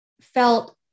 felt